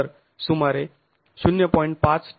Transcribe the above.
तर सुमारे 0